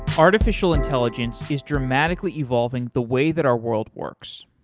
artificial intelligence is dramatically evolving the way that our world works,